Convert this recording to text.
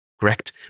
correct